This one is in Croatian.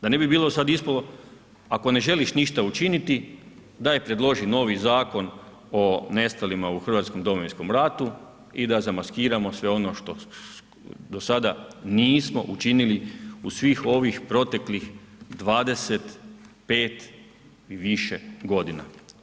Da ne bi bilo sad ispalo ako ne želiš ništa učiniti, daj predloži novi Zakon o nestalima u hrvatskom Domovinskom ratu i da zamaskiramo sve ono što do sada nismo učinili u svih ovih proteklih 25 i više godina.